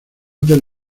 del